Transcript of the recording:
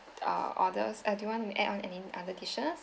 uh orders uh do you want to add on any other dishes